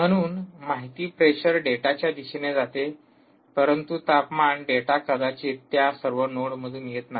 म्हणून माहिती प्रेशर डेटाच्यादिशेने जाते परंतु तापमान डेटा कदाचित त्या सर्व नोडमधून येत नाही